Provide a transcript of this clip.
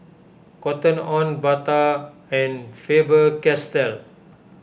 Cotton on Bata and Faber Castell